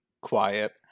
quiet